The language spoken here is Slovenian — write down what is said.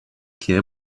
kje